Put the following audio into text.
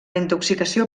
intoxicació